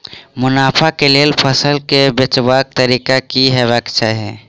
मुनाफा केँ लेल फसल केँ बेचबाक तरीका की हेबाक चाहि?